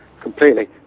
Completely